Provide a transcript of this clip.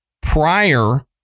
prior